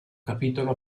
capitolo